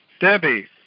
Debbie